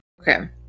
okay